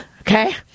okay